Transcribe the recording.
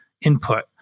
input